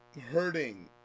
Hurting